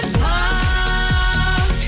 Park